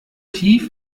tief